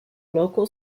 local